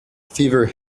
feather